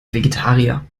vegetarier